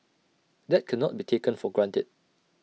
that cannot be taken for granted